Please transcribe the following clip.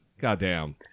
goddamn